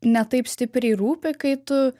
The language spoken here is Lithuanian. ne taip stipriai rūpi kai tu